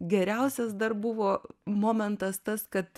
geriausias dar buvo momentas tas kad